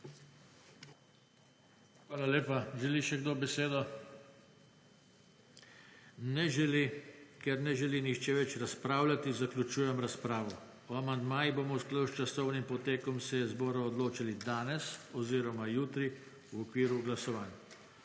Hvala lepa. Želi še kdo besedo? Ne želi. Ker ne želi nihče več razpravljati zaključujem razpravo. O amandmajih bomo v skladu s časovnim potekom seje zbora odločali danes oziroma jutri v okviru glasovanj.